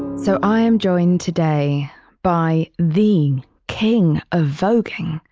so i am joined today by the king of vogueing.